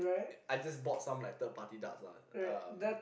I just bought some like third party darts lah um